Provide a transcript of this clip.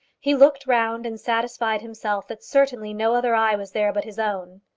he looked round and satisfied himself that certainly no other eye was there but his own.